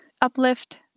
uplift